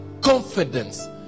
confidence